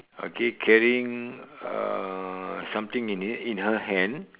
okay carrying uh something in it in her hand